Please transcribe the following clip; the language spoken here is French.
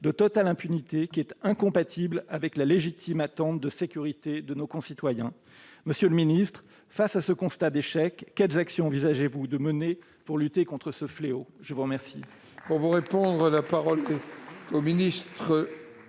de totale impunité qui est incompatible avec la légitime attente de sécurité qui émane de nos concitoyens. Monsieur le ministre, face à ce constat d'échec, quelles actions envisagez-vous de mener pour lutter contre ce fléau ? La parole